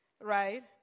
right